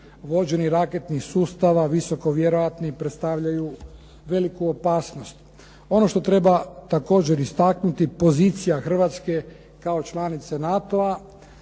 vođenih raketnih sustava, visoko vjerojatni i predstavljaju veliku opasnost. Ono što treba također istaknuti, pozicija Hrvatske kao članice NATO-a